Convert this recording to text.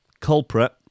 culprit